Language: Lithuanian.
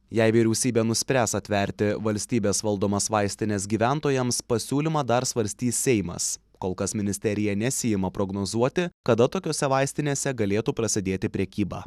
jei vyriausybė nuspręs atverti valstybės valdomas vaistines gyventojams pasiūlymą dar svarstys seimas kol kas ministerija nesiima prognozuoti kada tokiose vaistinėse galėtų prasidėti prekyba